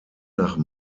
nach